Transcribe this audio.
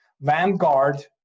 Vanguard